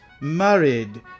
married